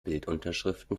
bildunterschriften